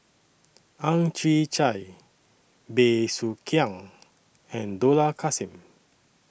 Ang Chwee Chai Bey Soo Khiang and Dollah Kassim